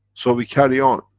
so, we carry on,